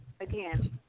Again